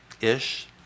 ish